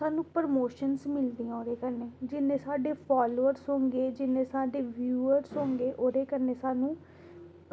सानूं प्रमोशन्स मिलदियां एह्दे कन्नै जिन्ने साढ़े फॉलोअर्स होंदे जिन्ने साढ़े व्यूअर्स होंदे ओह्दे कन्नै सानूं